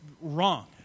wrong